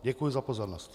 Děkuji za pozornost.